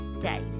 day